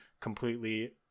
completely